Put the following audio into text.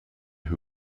who